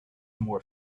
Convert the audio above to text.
more